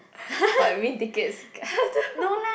what you win tickets